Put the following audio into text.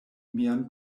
mian